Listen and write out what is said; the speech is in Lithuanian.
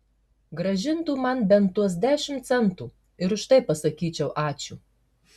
grąžintų man bent tuos dešimt centų ir už tai pasakyčiau ačiū